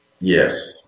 Yes